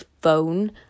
phone